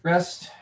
Rest